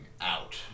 out